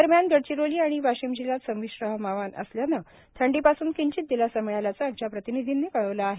दरम्यान गडचिरोली आणि वाशिम जिल्ह्यात संमिश्र हवामान असल्यानं थंडिपासून किंचित दिलासा मिळाल्याचं आमच्या प्रतिनिधिंनी कळविलं आहे